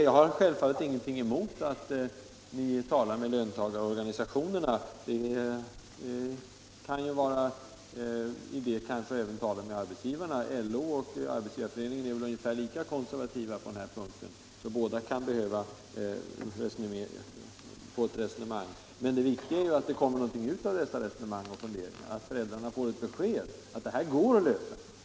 Jag har självfallet ingenting emot, herr Aspling, att ni talar med löntagarorganisationerna. Det kan kanske vara idé att även tala med arbetsgivarna. LO och Arbetsgivareföreningen är väl ungefär lika konservativa på denna punkt, så båda kan behöva få ett resonemang till stånd. Men det viktigaste är ju att det kommer någonting ut av ett sådant samtal och att föräldrarna får ett besked om att det här går att lösa.